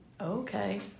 Okay